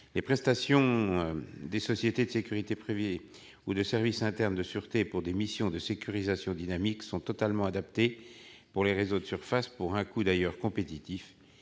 Les prestations des sociétés de sécurité privées ou de services internes de sûreté pour des missions de sécurisation dynamique sont totalement adaptées pour les réseaux de surface, pour un coût d'ailleurs compétitif.